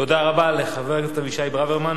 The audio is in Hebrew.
תודה רבה לחבר הכנסת אבישי ברוורמן.